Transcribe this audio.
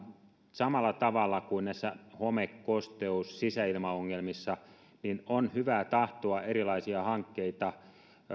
samalla tavalla kuin näissä home kosteus ja sisäilmaongelmissa tässä on hyvää tahtoa ja erilaisia hankkeita